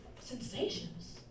sensations